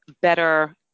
better